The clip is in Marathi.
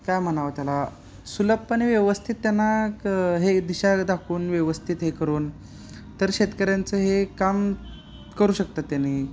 काय म्हणावं त्याला सुलभपणे व्यवस्थित त्यांना क हे दिशा दाखवून व्यवस्थित हे करून तर शेतकऱ्यांचं हे काम करू शकतात त्याने